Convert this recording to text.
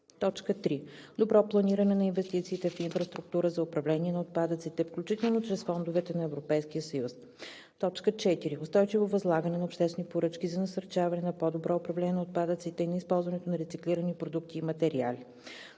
3. добро планиране на инвестициите в инфраструктура за управление на отпадъците, включително чрез фондовете на Европейския съюз; 4. устойчиво възлагане на обществени поръчки за насърчаване на по-добро управление на отпадъците и на използването на рециклирани продукти и материали;